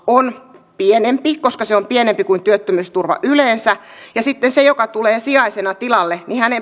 on pienempi koska se on pienempi kuin työttömyysturva yleensä ja sitten hänen joka tulee sijaisena tilalle